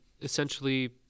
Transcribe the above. essentially